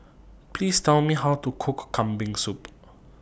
Please Tell Me How to Cook Kambing Soup